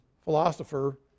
philosopher